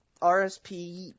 RSP